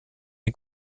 est